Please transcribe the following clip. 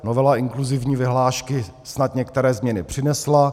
Novela inkluzivní vyhlášky snad některé změny přinesla.